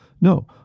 No